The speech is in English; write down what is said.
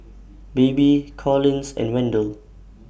Baby Collins and Wendell